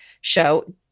show